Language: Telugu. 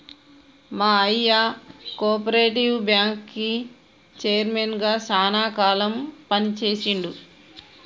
మా అయ్య కోపరేటివ్ బ్యాంకుకి చైర్మన్ గా శానా కాలం పని చేశిండు